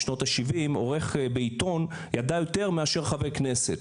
בשנות ה-70, עורך בעיתון ידע יותר מאשר חברי כנסת,